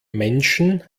menschen